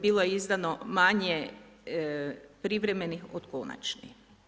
Bilo je izdano manje privremenih od konačnih.